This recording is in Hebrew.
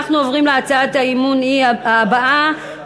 אנחנו עוברים להצעת האי-אמון הבאה,